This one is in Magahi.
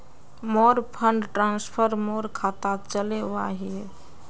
मोर फंड ट्रांसफर मोर खातात चले वहिये